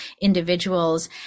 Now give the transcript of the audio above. individuals